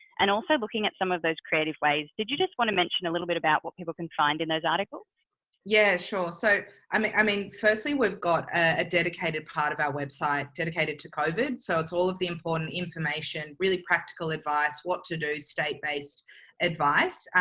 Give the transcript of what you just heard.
and also looking at some of those creative ways. did you just want to mention a little bit about what people can find and those articles? poppy yeah, sure. so i mean i mean, firstly, we've got a dedicated part of our website dedicated to covid. so it's all of the important information, really practical advice, what to do, state based advice,